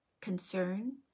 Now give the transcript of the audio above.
concern